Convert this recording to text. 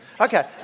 Okay